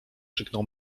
krzyknął